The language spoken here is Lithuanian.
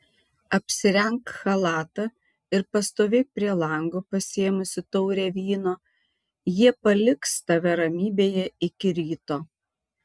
apsirenk chalatą ir pastovėk prie lango pasiėmusi taurę vyno jie paliks tave ramybėje iki ryto